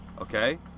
Okay